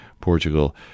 Portugal